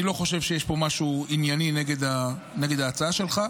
אני לא חושב שיש פה משהו ענייני נגד ההצעה שלך,